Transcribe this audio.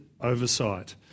oversight